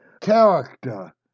character